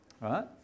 right